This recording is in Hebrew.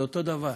זה אותו דבר: